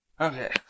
Okay